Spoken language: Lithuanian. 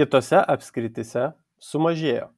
kitose apskrityse sumažėjo